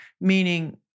Meaning